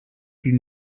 die